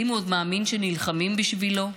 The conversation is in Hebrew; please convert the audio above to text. האם הוא עוד מאמין שנלחמים בשבילו?